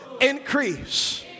increase